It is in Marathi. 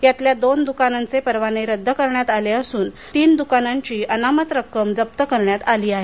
यातल्या दोन दुकानांचे परवाने रद्द करण्यात आले असून तीन दुकानांची अनामत रक्कम जप्त करण्यात आली आहे